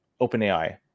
OpenAI